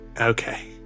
okay